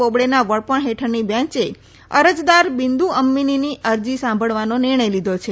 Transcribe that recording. બોબડેના વડપણ હેઠળની બેંચે અરજદાર બિંદ અમ્મીનીની અરજી સાંભળવાનો નિર્ણય લીધો છે